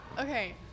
Okay